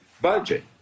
budget